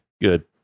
Good